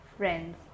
friends